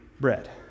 bread